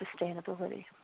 sustainability